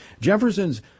Jefferson's